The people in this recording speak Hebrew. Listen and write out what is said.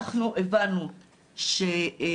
אנחנו הבנו שגם